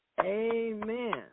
Amen